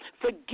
forgive